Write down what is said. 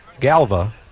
Galva